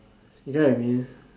you get what I mean